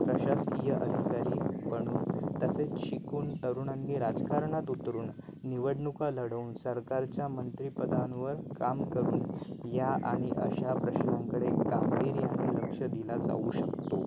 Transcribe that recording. प्रशासकीय अधिकारी बनून तसेच शिकून तरुणांनी राजकारणात उतरून निवडणुका लढवून सरकारच्या मंत्रीपदांवर काम करून या आणि अशा प्रश्नांकडे गांभीर्याने लक्ष दिला जाऊ शकतो